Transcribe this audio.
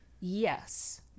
Yes